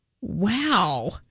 Wow